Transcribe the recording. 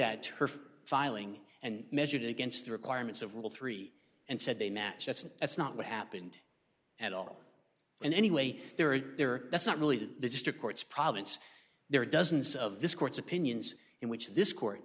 for filing and measured against the requirements of rule three and said they match that's that's not what happened at all and anyway there are there that's not really that the district courts province there are dozens of this court's opinions in which this court